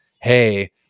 hey